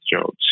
jobs